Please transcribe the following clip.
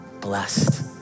blessed